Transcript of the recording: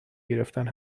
گرفتن